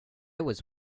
was